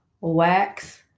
wax